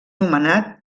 nomenat